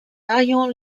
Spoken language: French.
rayons